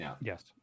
Yes